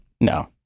No